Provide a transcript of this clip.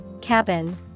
Cabin